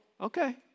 Okay